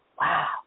Wow